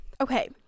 Okay